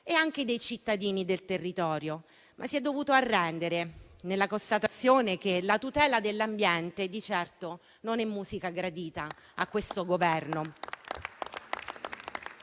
e anche dei cittadini e del territorio, si è dovuto arrendere, constatando che la tutela dell'ambiente di certo non è musica gradita a questo Governo.